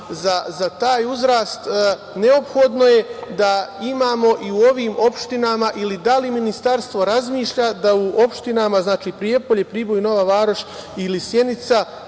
za taj uzrast, neophodno je da imamo i u ovim opštinama ili da li ministarstvo razmišlja da u opštinama Prijepolje, Priboj, Nova Varoš ili Sjenica,